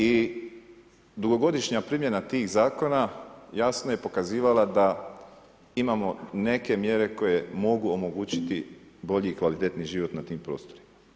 I dugogodišnja primjena tih zakona, jasno je pokazivala, da imamo neke mjere koje mogu omogućiti bolji i kvalitetniji život na tim prostorima.